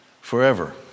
forever